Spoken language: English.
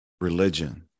religion